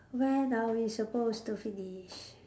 when are we supposed to finish